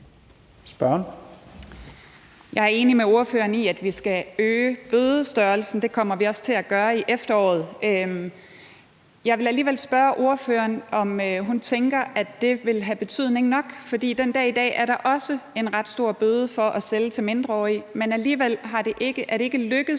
Jeg er enig med ordføreren i, at vi skal øge bødestørrelsen. Det kommer vi også til at gøre i efteråret. Jeg vil alligevel spørge ordføreren, om hun tænker, at det vil have nok betydning. For den dag i dag er der også en ret stor bøde for at sælge til mindreårige, men alligevel er det stort set